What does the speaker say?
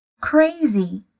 crazy